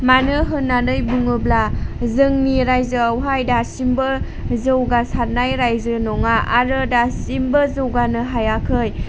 मानो होननानै बुङोब्ला जोंनि रायजोआहाय दासिमबो जौगासारनाय रायजो नङा आरो दासिमबो जौगानो हायाखै